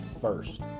first